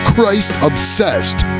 Christ-obsessed